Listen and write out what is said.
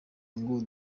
ngo